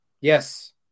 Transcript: Yes